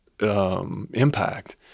impact